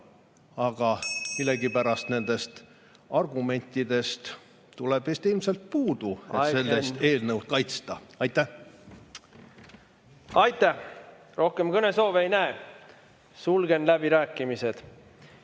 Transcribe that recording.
Aga millegipärast nendest argumentidest tuleb ilmselt puudu ... Aeg, Henn! ... et sellist eelnõu kaitsta. Aitäh! Aitäh! Rohkem kõnesoove ei näe. Sulgen läbirääkimised.